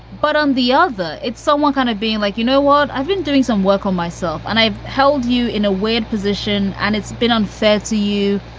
but on the other, it's someone kind of being like, you know what? i've been doing some work on myself. and i held you in a weird position and it's been unfair to you.